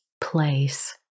place